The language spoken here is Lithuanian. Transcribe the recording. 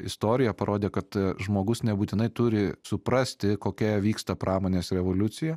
istorija parodė kad žmogus nebūtinai turi suprasti kokia vyksta pramonės revoliucija